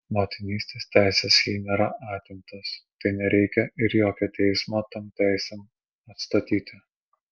motinystės teisės jai nėra atimtos tai nereikia ir jokio teismo tom teisėm atstatyti